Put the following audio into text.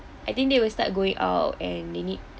I think they will start going out and they need